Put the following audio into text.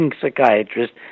psychiatrist